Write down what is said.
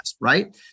right